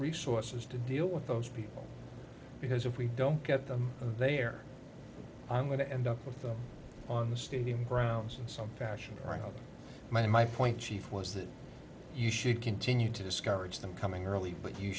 resources to deal with those people because if we don't get them there i'm going to end up with them on the stadium grounds in some fashion or another my my point chief was that you should continue to discourage them coming early but you